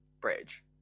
bridge